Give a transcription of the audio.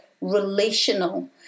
relational